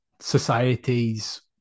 societies